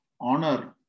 honor